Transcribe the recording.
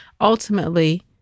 ultimately